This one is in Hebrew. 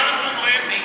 מה אתם אומרים?